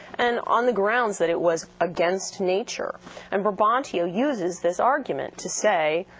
and on the grounds that it was against nature and brabantio uses this argument to say,